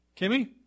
Kimmy